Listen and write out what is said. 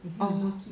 oh